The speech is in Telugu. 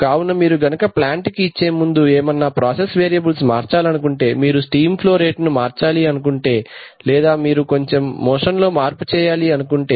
కావున మీరు గనక ప్లాంట్ కి ఇచ్చే ముందు ఏమన్నా ప్రాసెస్ వేరియబుల్స్ మార్చాలనుకుంటే మీరు స్టీమ్ ఫ్లో రేట్ ను మార్చాల్సి అనుకుంటే లేదా మీరు కొంచెం మోషన్ లో మార్పు చేయాలి అనుకుంటే